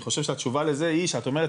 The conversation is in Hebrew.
אני חושב שהתשובה לזה היא שאת אומרת